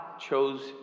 chose